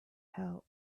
help